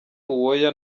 uwoya